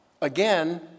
again